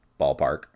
Ballpark